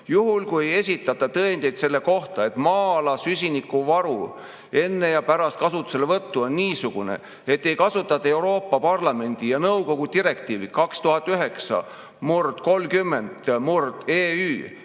juhul kui ei esitata tõendeid selle kohta, et maa-ala süsivesinikuvaru enne ja pärast kasutuselevõttu on niisugune, et kui kasutada Euroopa Parlamendi ja nõukogu direktiivi 2009/30/EÜ,